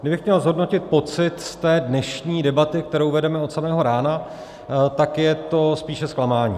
Kdybych měl zhodnotit pocit z té dnešní debaty, kterou vedeme od samého rána, tak je to spíše zklamání.